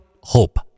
hope